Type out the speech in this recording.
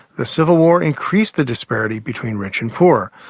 the civil war increased the disparity between rich and poor.